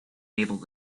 able